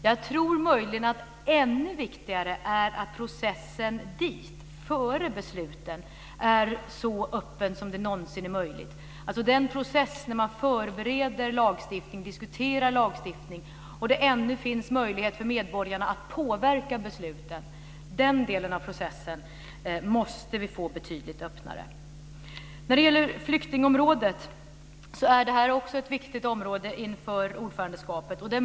Jag tror möjligen att ännu viktigare är att processen dit, före besluten, är så öppen som det någonsin är möjligt. Den del av processen då man förbereder lagstiftning, diskuterar lagstiftning och då det ännu finns möjlighet för medborgarna att påverka besluten måste bli betydligt öppnare. Flyktingområdet är också ett viktigt område inför ordförandeskapet.